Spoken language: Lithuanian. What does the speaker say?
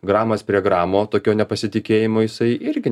gramas prie gramo tokio nepasitikėjimo jisai irgi